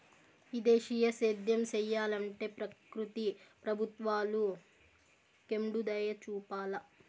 ఈ దేశీయ సేద్యం సెయ్యలంటే ప్రకృతి ప్రభుత్వాలు కెండుదయచూపాల